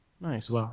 Nice